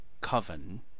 coven